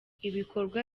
ibikorwa